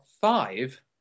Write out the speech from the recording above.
five